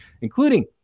including